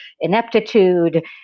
ineptitude